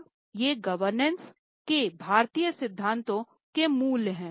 अब ये गवर्नेंस के भारतीय सिद्धांतों के मूल्य हैं